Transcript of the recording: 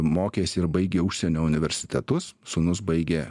mokėsi ir baigė užsienio universitetus sūnus baigė